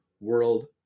World